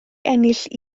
ennill